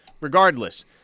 regardless –